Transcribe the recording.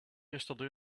yesterday